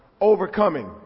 overcoming